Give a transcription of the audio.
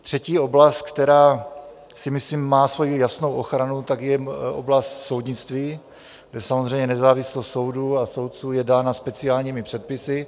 Třetí oblast, která si myslím má svoji jasnou ochranu, je oblast soudnictví, kde samozřejmě nezávislost soudů a soudců je dána speciálními předpisy.